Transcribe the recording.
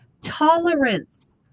tolerance